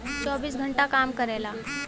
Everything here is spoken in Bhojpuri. चौबीस घंटा काम करेला